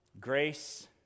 Grace